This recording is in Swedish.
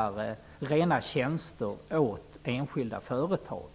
har kunnat uppfattas som rena tjänster till enskilda företag.